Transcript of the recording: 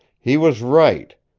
he was right.